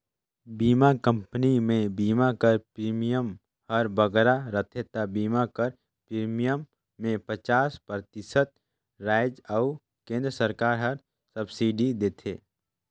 बीमा कंपनी में बीमा कर प्रीमियम हर बगरा रहथे ता बीमा कर प्रीमियम में पचास परतिसत राएज अउ केन्द्र सरकार हर सब्सिडी देथे